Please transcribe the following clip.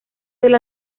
del